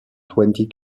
twenty